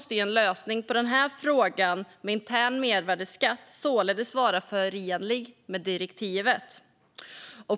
En lösning av frågan om intern mervärdesskatt måste således vara förenlig med direktivet.